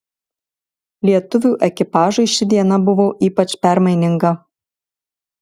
lietuvių ekipažui ši diena buvo ypač permaininga